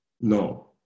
No